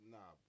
Nah